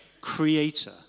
creator